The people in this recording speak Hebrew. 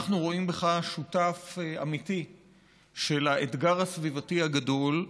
אנחנו רואים בך שותף אמיתי באתגר הסביבתי הגדול,